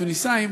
תוניסאיים,